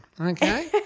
Okay